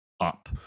up